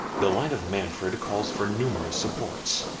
the line of manfred calls for numerous supports.